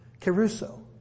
Caruso